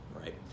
right